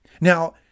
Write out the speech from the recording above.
Now